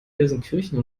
gelsenkirchen